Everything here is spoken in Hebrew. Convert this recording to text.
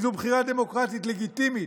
כי זו בחירה דמוקרטית לגיטימית,